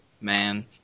Man